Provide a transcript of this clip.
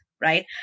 right